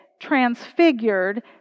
transfigured